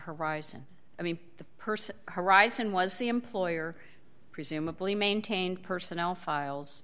horizon i mean the person horizon was the employer presumably maintained personnel files